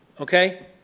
okay